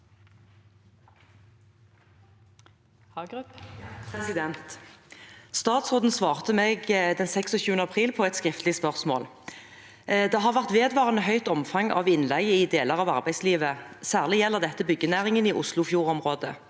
«Statsråden svarte meg den 26. april på mitt skriftlige spørsmål nr. 2005 (2022–2023): «Det har vært vedvarende høyt omfang av innleie i deler av arbeidslivet, særlig gjelder dette byggenæringen i Oslofjord-området.